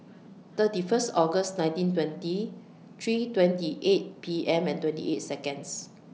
thirty First August nineteen twenty three twenty eight P M and twenty eight Seconds